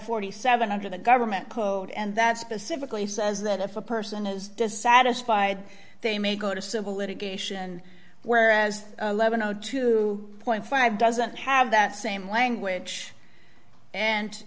forty seven under the government code and that specifically says that if a person is dissatisfied they may go to civil litigation whereas two five doesn't have that same language and